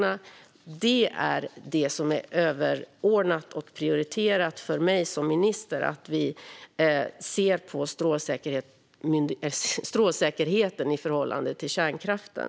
För mig som minister är det överordnade och prioriterade att vi ser på strålsäkerheten i förhållande till kärnkraften.